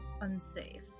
unsafe